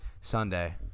Sunday